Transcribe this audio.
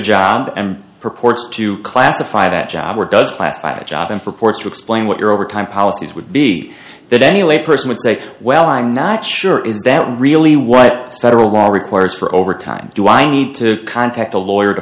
job and purports to classify that job or does classify a job and purports to explain what your overtime policies would be that any lay person would say well i'm not sure is that really what the federal law requires for overtime do i need to contact a lawyer to